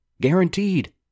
guaranteed